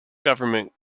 government